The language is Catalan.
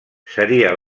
seria